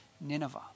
Nineveh